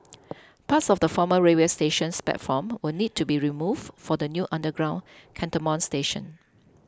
parts of the former railway station's platform will need to be removed for the new underground Cantonment station